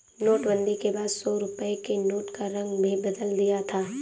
नोटबंदी के बाद सौ रुपए के नोट का रंग भी बदल दिया था